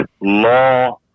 law